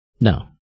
No